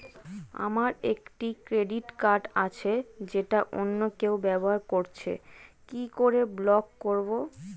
আমার একটি credit card আছে যেটা অন্য কেউ ব্যবহার করছে কি করে ব্লক করবো?